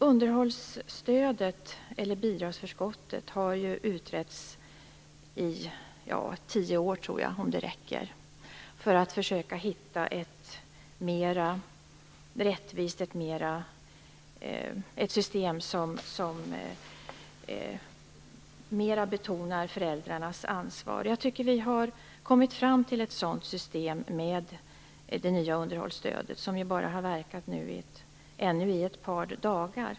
Underhållsstödet eller bidragsförskottet har ju utretts i åtminstone tio år för att man skall försöka att hitta ett mera rättvist system och som mera betonar föräldrarnas ansvar. Jag tycker att vi har kommit fram till ett sådant system i och med det nya underhållsstödet som nu bara har verkat i ett par dagar.